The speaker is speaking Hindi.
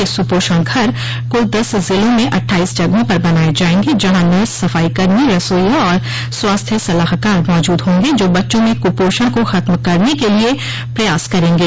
ये सूपोषण घर कुल दस जिलों में अट्ठाइस जगहों पर बनाये जायेंगे जहां नर्स सफाई कर्मी रसोइया और स्वास्थ्य सलाहकार मौजूद होंगे जो बच्चों में कुपोषण को खत्म करने के लिए प्रयास करेंगे